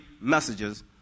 messages